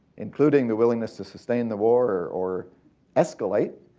including the willingness to sustain the war or escalate,